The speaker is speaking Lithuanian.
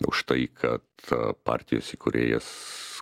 už tai kad partijos įkūrėjas